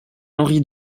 henri